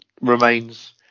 remains